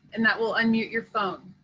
and that will unmute your phone.